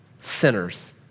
sinners